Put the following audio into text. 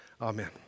amen